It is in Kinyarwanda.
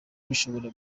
bishobora